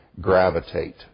gravitate